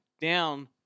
down